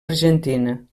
argentina